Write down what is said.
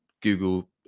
Google